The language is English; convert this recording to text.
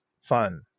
fun